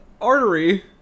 artery